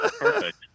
perfect